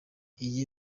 iyi